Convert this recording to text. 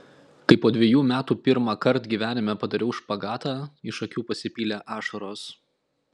kai po dvejų metų pirmąkart gyvenime padariau špagatą iš akių pasipylė ašaros